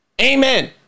Amen